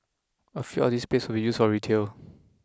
a fifth of this space will be used for retail